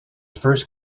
first